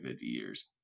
years